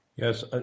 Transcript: Yes